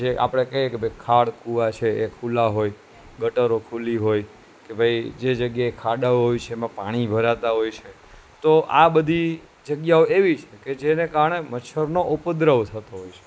જે આપણે કહીએ કે ભાઈ ખાળકૂવા છે એ ખુલ્લા હોય ગટરો ખુલ્લી હોય કે ભાઈ જે જગ્યાએ ખાડા હોય છે એમાં પાણી ભરાતા હોય છે તો આ બધી જગ્યાઓ એવી છે કે જેને કારણે મચ્છરનો ઉપદ્રવ થતો હોય છે